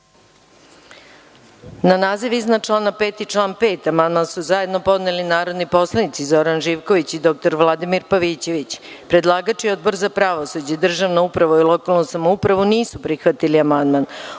naziv iznad člana 5. i član 5. amandman su zajedno podneli narodni poslanici Zoran Živković i dr Vladimir Pavićević. Predlagač je Odbor za pravosuđe, državnu upravu i lokalnu samoupravu nisu prihvatili amandman. Odbor